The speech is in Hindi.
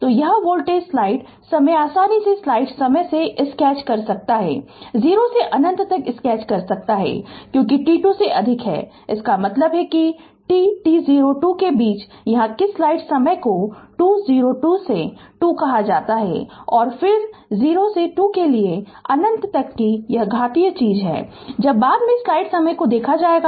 तो यह वोल्टेज स्लाइड समय आसानी से स्लाइड समय से स्केच कर सकता है 0 से अनंत तक स्केच कर सकता है क्योंकि t 2 से अधिक है इसका मतलब है कि 2 t0 2 के बीच यहाँ किस स्लाइड समय को 2 0 2 से 2 कहा जाता है और फिर 0 से 2 के लिए अनंत तक की यह घातीय चीज़ जब बाद में स्लाइड समय को देखा जाएगा